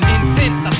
Intense